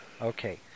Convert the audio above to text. Okay